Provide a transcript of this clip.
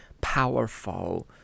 powerful